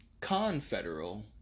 confederal